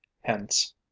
Hence